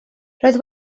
roedd